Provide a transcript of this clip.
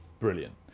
Brilliant